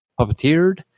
Puppeteered